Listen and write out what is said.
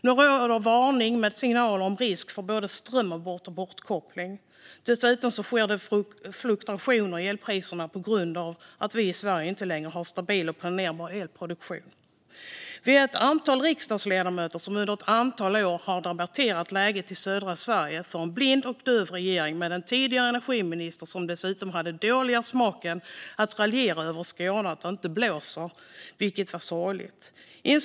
Nu kommer varningssignaler om risk för både strömavbrott och bortkoppling. Dessutom sker det fluktuationer i elpriserna på grund av att vi i Sverige inte längre har stabil och planerbar elproduktion. Vi är ett antal riksdagsledamöter som under ett antal år har debatterat läget i södra Sverige med en blind och döv regering med en energiminister som dessutom hade den dåliga smaken att raljera över Skåne och att det inte blåser, vilket var sorgligt.